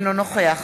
אינו נוכח